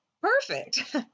perfect